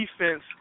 defense